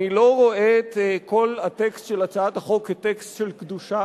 אני לא רואה את כל הטקסט של הצעת החוק כטקסט של קדושה.